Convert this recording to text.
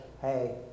hey